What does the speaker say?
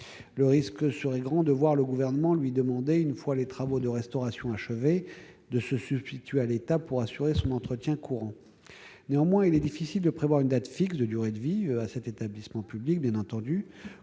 Le risque serait grand de voir le Gouvernement lui demander, une fois les travaux de restauration achevés, de se substituer à l'État pour assurer son entretien courant. Néanmoins, il est difficile de prévoir une date fixe de la durée de vie de cet établissement public, compte tenu